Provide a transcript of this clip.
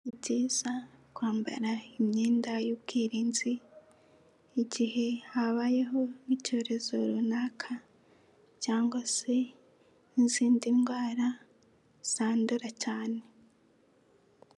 Ni byizayiza kwambara imyenda y'ubwirinzi igihe habayeho n'icyorezo runaka cyangwa se n'izindi ndwara zandura cyane.